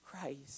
Christ